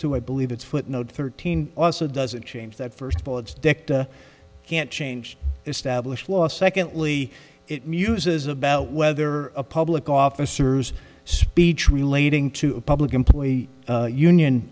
to i believe it's footnote thirteen also doesn't change that first of all it's dicta can't change established law secondly it muses about whether a public officers speech relating to a public employee union